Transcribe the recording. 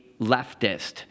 leftist